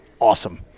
awesome